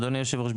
אדוני היושב-ראש,